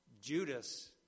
Judas